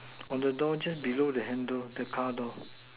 on the door just below the handler the car door